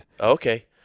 Okay